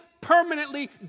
permanently